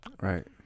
right